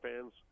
fans